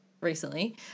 recently